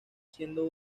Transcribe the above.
siendo